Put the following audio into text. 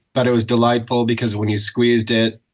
but it was delightful because when you squeezed it,